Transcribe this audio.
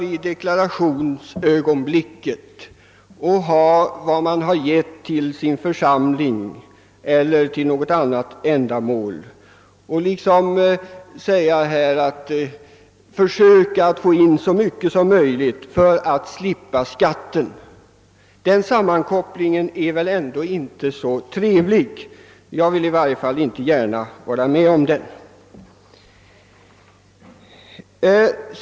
I deklarationsögonblicket skall man tänka på vad man gett till sin församling eller till andra ändamål och försöka ta upp så mycket som möjligt för att slippa skatt. Denna sammankoppling är inte så trevlig. I varje fall vill inte jag vara med om den.